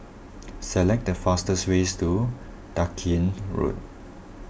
select the fastest way to Dalkeith Road